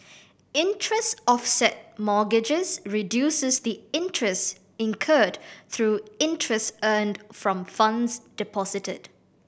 interest offset mortgages reduces the interest incurred through interest earned from funds deposited